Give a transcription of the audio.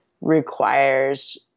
requires